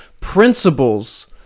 principles